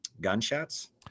gunshots